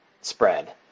spread